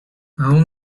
aun